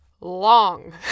Long